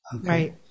right